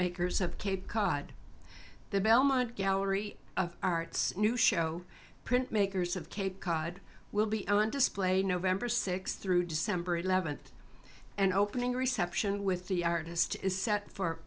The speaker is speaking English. makers of cape cod the belmont gallery of art's new show print makers of cape cod will be on display nov sixth through december eleventh and opening reception with the artist is set for